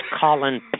Colin